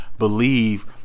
Believe